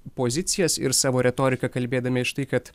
pozicijas ir savo retoriką kalbėdami štai kad